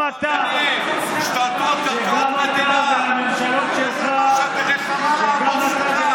נקרא לו שיחלק כסף, יש לו את הבנק.